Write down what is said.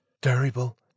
terrible